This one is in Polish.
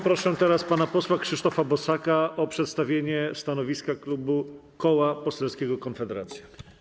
Proszę teraz pana posła Krzysztofa Bosaka o przedstawienie stanowiska Koła Poselskiego Konfederacja.